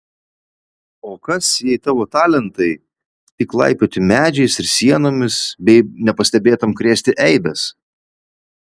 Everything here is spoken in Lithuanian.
o kas jei tavo talentai tik laipioti medžiais ir sienomis bei nepastebėtam krėsti eibes